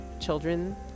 children